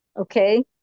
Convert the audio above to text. Okay